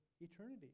eternity